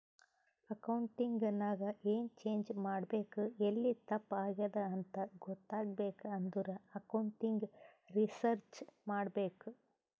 accounting ನಾಗ್ ಎನ್ change ಮಾಡ್ಬೇಕ್ ಎಲ್ಲಿ ತಪ್ಪ ಆಗ್ಯಾದ್ ಅಂತ ಗೊತ್ತಾಗ್ಬೇಕ ಅಂದುರ್ ಅಕೌಂಟಿಂಗ್ ರಿಸರ್ಚ್ ಮಾಡ್ಬೇಕ್